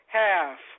half